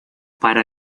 para